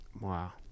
Wow